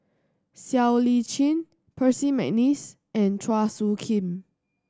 Siow Lee Chin Percy McNeice and Chua Soo Khim